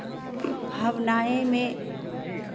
भावनाएं में